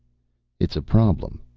it's a problem.